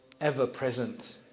ever-present